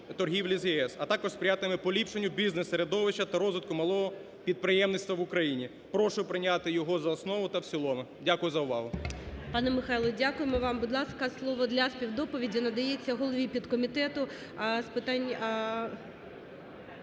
торгівлі з ЄС, а також сприятиме поліпшенню бізнес-середовища та розвитку малого підприємництва в Україні. Прошу прийняти його за основу та цілому. Дякую за увагу.